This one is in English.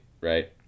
right